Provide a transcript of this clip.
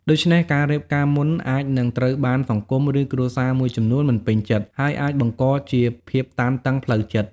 ដូច្នេះការរៀបការមុនអាចនឹងត្រូវបានសង្គម ឬគ្រួសារមួយចំនួនមិនពេញចិត្ត ហើយអាចបង្កជាភាពតានតឹងផ្លូវចិត្ត។